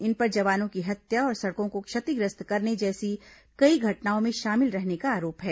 इन पर जवानों की हत्या और सड़कों को क्षतिग्रस्त करने जैसी कई घटनाओं में शामिल रहने का आरोप है